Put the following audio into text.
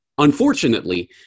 Unfortunately